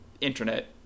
Internet